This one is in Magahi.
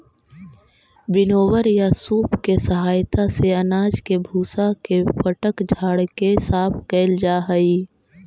विनोवर या सूप के सहायता से अनाज के भूसा के फटक झाड़ के साफ कैल जा हई